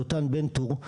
דותן בן טור,